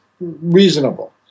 reasonable